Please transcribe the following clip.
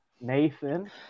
nathan